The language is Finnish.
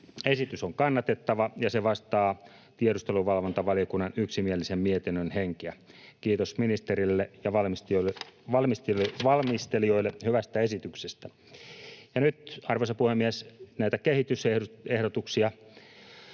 Esitys on kannatettava, ja se vastaa tiedusteluvalvontavaliokunnan yksimielisen mietinnön henkeä. — Kiitos ministerille ja valmistelijoille hyvästä esityksestä. Ja nyt, arvoisa puhemies, näitä kehitysehdotuksia